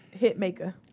Hitmaker